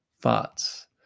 thoughts